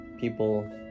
people